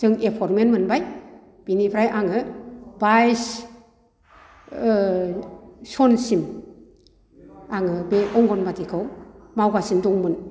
जों एपयनमेन्ट मोनबाय बिनिफ्राय आङो बाइस सनसिम आङो बे अंगनबादिखौ मावगासिनो दंमोन